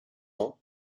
ans